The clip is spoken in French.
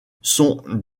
sont